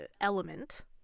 element